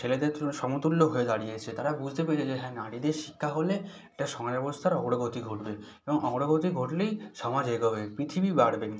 ছেলেদের তুলনায় সমতুল্য হয়ে দাঁড়িয়েছে তারা বুঝতে পেরেছে যে হ্যাঁ নারীদের শিক্ষা হলে এটা সমাজ ব্যবস্থার অগ্রগতি ঘটবে এবং অগ্রগতি ঘটলেই সমাজ এগোবে পৃথিবী বাড়বে